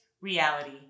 reality